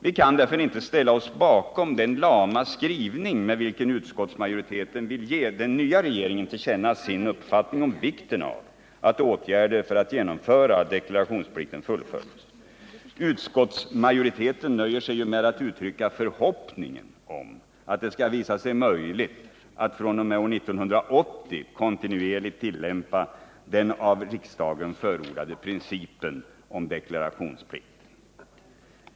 Vi kan därför inte ställa oss bakom den lama skrivning med vilken utskottsmajoriteten vill ge den nya regeringen till känna sin uppfattning om vikten av att åtgärder för att genomföra deklarationsplikten vidtas. Utskottsmajoriteten nöjer sig ju med att uttrycka förhoppningen att det skall visa sig möjligt att fr.o.m. år 1980 kontinuerligt tillämpa den av riksdagen förordade principen om deklarationsplikt.